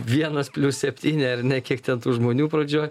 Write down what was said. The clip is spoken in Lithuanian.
vienas plius septyni ar ne kiek ten tų žmonių pradžioj